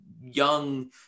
young